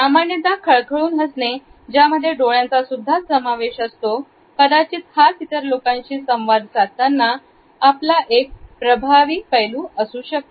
सामान्यता खळखळून हसणे ज्यामध्ये डोळ्यांचा सुद्धा समावेश असतो कदाचित हाच इतर लोकांशी संवाद साधताना आपला एक प्रभावी पैलू असू शकतो